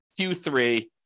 Q3